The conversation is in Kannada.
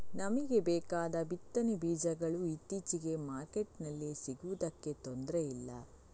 ನಮಿಗೆ ಬೇಕಾದ ಬಿತ್ತನೆ ಬೀಜಗಳು ಇತ್ತೀಚೆಗೆ ಮಾರ್ಕೆಟಿನಲ್ಲಿ ಸಿಗುದಕ್ಕೆ ತೊಂದ್ರೆ ಇಲ್ಲ